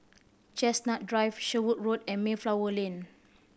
Chestnut Drive Sherwood Road and Mayflower Lane